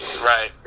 Right